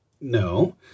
no